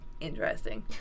Interesting